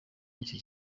n’icyo